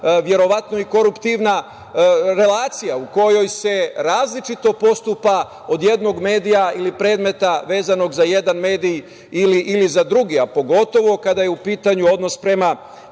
verovatno i koruptivna relacija u kojoj se različito postupa od jednog medija ili predmeta vezanog za jedan mediji ili za druge, a pogotovo kada je u pitanju odnos prema